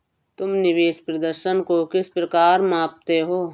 तुम निवेश प्रदर्शन को किस प्रकार मापते हो?